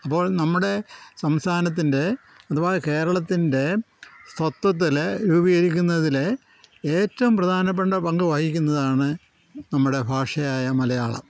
അപ്പോൾ നമ്മുടെ സംസ്ഥാനത്തിൻ്റെ അഥവാ കേരളത്തിൻ്റെ സ്വത്വത്തിൽ രൂപീകരിക്കുന്നതിൽ ഏറ്റവും പ്രധാനപ്പെട്ട പങ്ക് വഹിക്കുന്നതാണ് നമ്മുടെ ഭാഷയായ മലയാളം